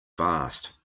fast